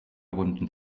runden